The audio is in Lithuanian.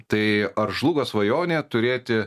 tai ar žlugo svajonė turėti